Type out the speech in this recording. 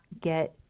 get